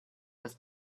was